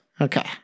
Okay